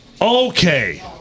Okay